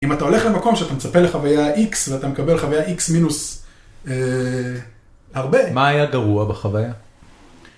אם אתה הולך למקום שאתה מצפה לחוויה X ואתה מקבל חוויה X מינוס הרבה, מה היה גרוע בחוויה?